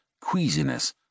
queasiness